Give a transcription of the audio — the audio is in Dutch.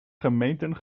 gemeenten